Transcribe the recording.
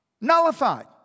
Nullified